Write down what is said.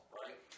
right